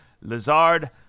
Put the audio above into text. Lazard